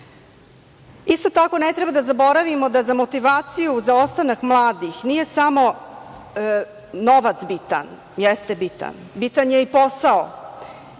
tako, ne treba da zaboravimo da za motivaciju, za ostanak mladih nije samo novac bitan. Jeste bitan, bitan je i posao.